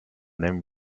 then